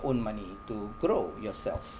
own money to grow yourself